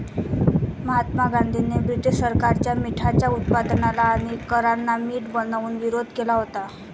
महात्मा गांधींनी ब्रिटीश सरकारच्या मिठाच्या उत्पादनाला आणि करांना मीठ बनवून विरोध केला होता